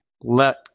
let